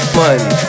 money